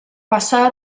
passà